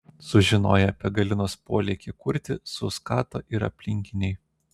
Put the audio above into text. sužinoję apie galinos polėkį kurti suskato ir aplinkiniai